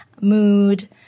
mood